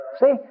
see